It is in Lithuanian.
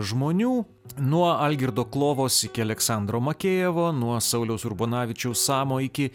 žmonių nuo algirdo klovos iki aleksandro makejevo nuo sauliaus urbonavičiaus samo iki